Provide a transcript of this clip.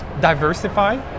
diversify